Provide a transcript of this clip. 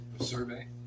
survey